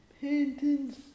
paintings